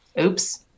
oops